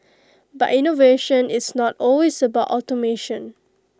but innovation is not always about automation